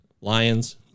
Lions